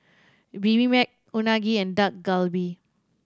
Bibimbap Unagi and Dak Galbi